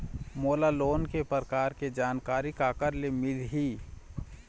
मोला लोन के प्रकार के जानकारी काकर ले मिल ही?